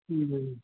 جی